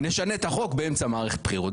נשנה את החוק באמצע מערכת בחירות.